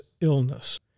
illness